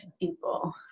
people